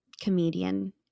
comedian